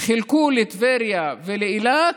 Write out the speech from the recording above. באמת תודה לך.) חילקו לטבריה ולאילת,